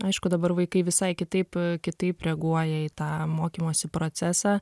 aišku dabar vaikai visai kitaip kitaip reaguoja į tą mokymosi procesą